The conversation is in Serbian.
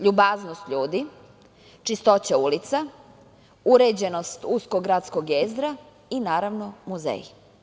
Ljubaznost ljudi, čistoća ulica, uređenost uskog gradskog jezgra i naravno, muzeji.